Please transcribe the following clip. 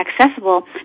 accessible